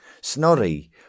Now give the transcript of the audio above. Snorri